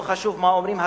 לא חשוב מה אומרים הגויים,